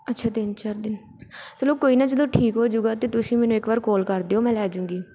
ਅੱਛਾ ਤਿੰਨ ਚਾਰ ਦਿਨ ਚੱਲੋ ਕੋਈ ਨਾ ਜਦੋਂ ਠੀਕ ਹੋ ਜਾਊਗਾ ਤਾਂ ਤੁਸੀਂ ਮੈਨੂੰ ਇੱਕ ਵਾਰ ਕੌਲ ਕਰ ਦਿਓ ਮੈਂ ਲੈ ਜੂੰਗੀ